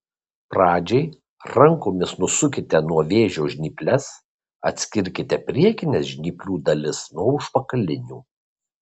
pradžiai rankomis nusukite nuo vėžio žnyples atskirkite priekines žnyplių dalis nuo užpakalinių